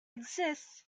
exists